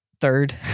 Third